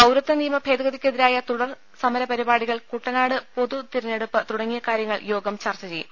പൌരത്വ നിയമ ഭേദഗതിക്കെതിരായ തുടർ സമരപരിപാടി കൾ കുട്ടനാട് പൊതു തെർഞ്ഞെടുപ്പ് തുടങ്ങിയ കാര്യങ്ങൾ യോഗം ചർച്ച ചെയ്യും